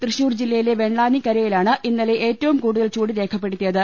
തൃശൂർ ജില്ലയിലെ വെള്ളാനിക്കരയിലാണ് ഇന്നലെ ഏറ്റവും കൂടുതൽ ചൂട് രേഖപ്പെടുത്തിയത്